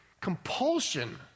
compulsion